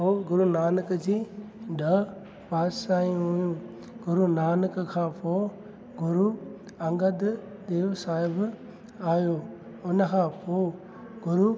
ऐं गुरू नानक जी ॾह पातशाईं हुयूं गुरू नानक खां पोइ गुरू अंगद देव साहिबु आहियो हुन खां पोइ गुरू